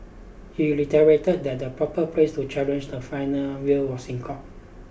he reiterated that the proper place to challenge the final will was in court